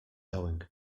going